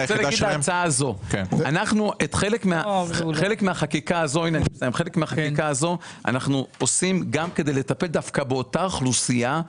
אנחנו עושים חלק מהחקיקה הזו גם כדי לטפל דווקא באותה אוכלוסייה.